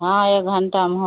हाँ एक घंटा में हो